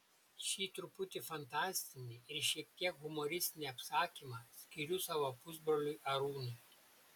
šį truputį fantastinį ir šiek tiek humoristinį apsakymą skiriu savo pusbroliui arūnui